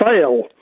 fail